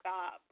God